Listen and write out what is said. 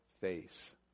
face